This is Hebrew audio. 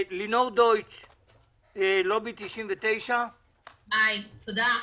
לינור דויטש, מנכ"לית לובי 99. תודה.